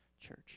Church